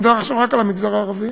אני מדבר עכשיו רק על המגזר הערבי,